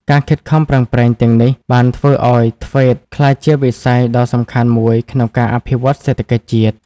ការខិតខំប្រឹងប្រែងទាំងនេះបានធ្វើឱ្យ ធ្វេត TVET ក្លាយជាវិស័យដ៏សំខាន់មួយក្នុងការអភិវឌ្ឍសេដ្ឋកិច្ចជាតិ។